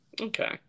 Okay